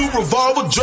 revolver